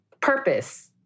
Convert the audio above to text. purpose